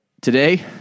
today